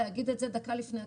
להגיד את זה דקה לפני הקריסה,